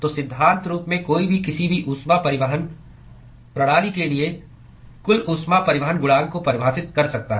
तो सिद्धांत रूप में कोई भी किसी भी ऊष्मा परिवहन प्रणाली के लिए कुल ऊष्मा परिवहन गुणांक को परिभाषित कर सकता है